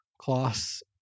class